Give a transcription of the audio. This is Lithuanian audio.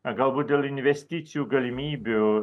galbūt dėl investicijų galimybių